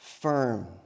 firm